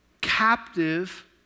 captive